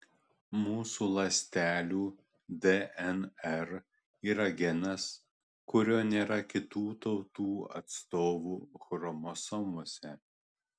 mūsų ląstelių dnr yra genas kurio nėra kitų tautų atstovų chromosomose